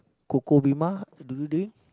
do you drink